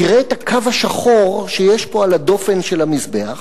תראה את הקו השחור שיש פה על הדופן של המזבח.